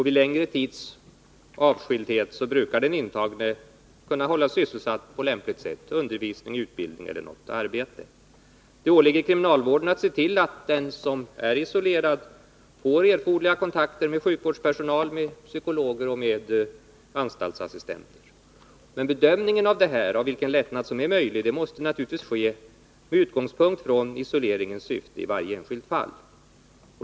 Vid längre tids avskildhet brukar den intagne kunna hållas sysselsatt på lämpligt sätt — genom undervisning och utbildning eller något arbete. Det åligger kriminalvården att se till att den som är isolerad får erforderliga kontakter med sjukvårdspersonal, psykologer och anstaltsassistenter. Men bedömningen av vilka lättnader som är möjliga måste naturligtvis ske med utgångspunkt från isoleringens syfte i varje enskilt fall.